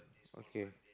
okay